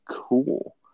cool